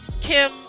Kim